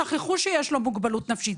שכחו שיש לו מוגבלות נפשית,